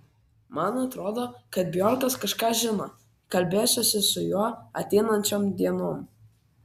man atrodo kad bjorkas kažką žino kalbėsiuosi su juo ateinančiom dienom